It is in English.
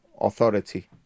authority